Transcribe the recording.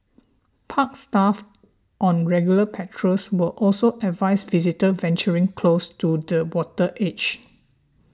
park staff on regular patrols will also advise visitors venturing close to the water's edge